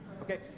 Okay